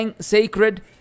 sacred